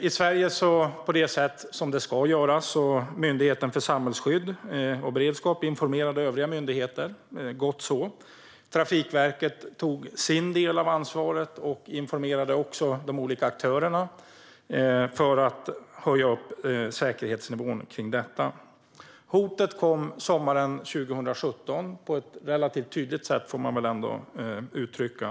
I Sverige informerade Myndigheten för samhällsskydd och beredskap övriga myndigheter på det sätt som det ska göras. Gott så! Trafikverket tog sin del av ansvaret och informerade också de olika aktörerna för att höja säkerhetsnivån kring detta. Hotet kom sommaren 2017 - på ett relativt tydligt sätt, får man väl ändå uttrycka.